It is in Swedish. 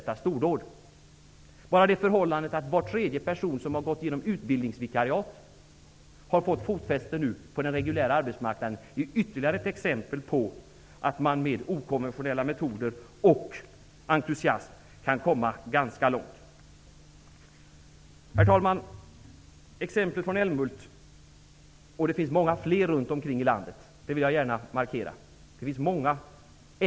Bara det förhållandet att var tredje person som har gått igenom utbildningsvikariat nu har fått fotfäste på den reguljära arbetsmarknaden är ytterligare ett exempel på att man kan komma ganska långt med okonventionella metoder och entusiasm. Herr talman! Det finns många fler exempel runt omkring i landet, även utanför Småland -- det vill jag gärna markera.